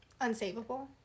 Unsavable